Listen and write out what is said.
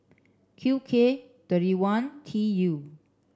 Q K thirty one T U